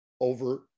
Over